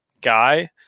guy